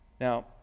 Now